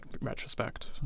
retrospect